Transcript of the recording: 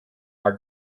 are